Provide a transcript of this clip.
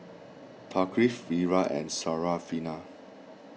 Thaqif Wira and Syarafina